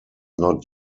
not